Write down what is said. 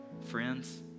friends